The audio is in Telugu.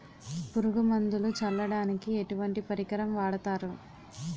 పురుగు మందులు చల్లడానికి ఎటువంటి పరికరం వాడతారు?